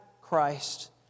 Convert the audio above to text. Christ